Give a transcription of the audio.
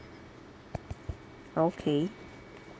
okay